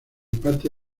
parte